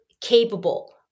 capable